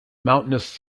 mountainous